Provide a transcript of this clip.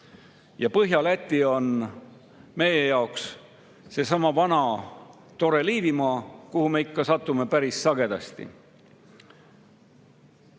Ja Põhja‑Läti on meie jaoks seesama vana tore Liivimaa, kuhu me satume päris sagedasti.